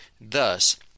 Thus